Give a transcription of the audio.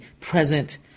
present